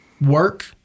work